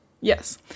Yes